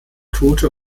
tote